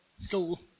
school